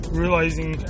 realizing